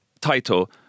Title